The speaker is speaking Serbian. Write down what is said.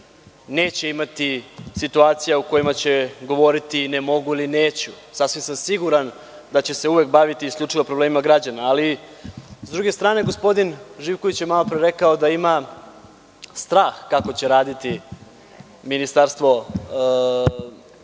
neće imati situacija u kojima će govoriti ne mogu ili neću. Sasvim sam siguran da će se uvek baviti isključivo problemima građana.S druge strane, gospodin Živković je malopre rekao da ima strah kako će raditi Ministarstvo